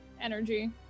energy